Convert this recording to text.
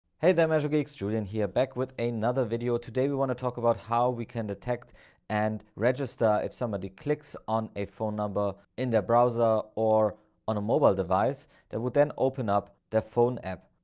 hey there measuregeeks, julian here back with another video. today, we want to talk about how we can detect and register if somebody clicks on a phone number in their browser or on a mobile device that will then open up their phone app.